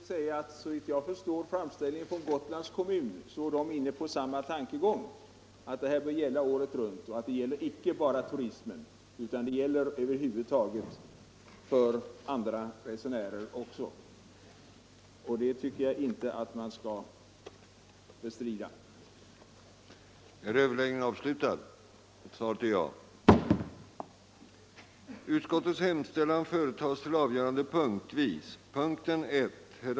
Herr talman! Jag tillåter mig erinra om att Gotlands kommun, såvitt jag förstår av dess framställning, är inne på samma tankegångar som vi: att rabatten bör gälla året runt och att den inte bara bör gälla för turister utan för resenärer över huvud taget. Värdet härav tycker jag inte att man skall bestrida.